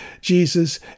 Jesus